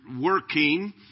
working